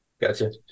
Gotcha